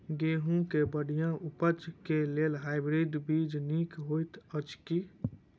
गेंहूँ केँ बढ़िया उपज केँ लेल हाइब्रिड बीज नीक हएत अछि की?